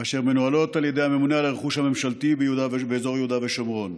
והן מנוהלות על ידי הממונה על הרכוש הממשלתי באזור יהודה ושומרון.